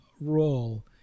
role